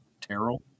Terrell